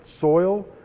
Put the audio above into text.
soil